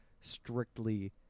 strictly